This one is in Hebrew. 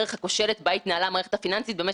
יש להגביר את האחריותיות במערכת.